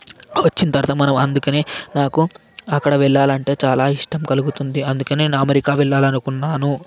వచ్చిన తరువాత మనం అందుకనే నాకు అక్కడ వెళ్ళాలంటే చాలా ఇష్టము కలుగుతుంది అందుకనే నే అమెరికా వెళ్లాలనుకున్నాను